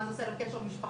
מה זה עושה לקשר משפחה,